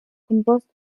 composed